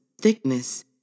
thickness